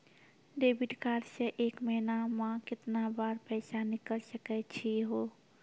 Debit card से एक महीना मा केतना बार पैसा निकल सकै छि हो?